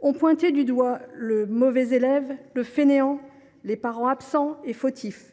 On pointait du doigt le mauvais élève, le fainéant, les parents absents et fautifs,